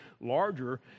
larger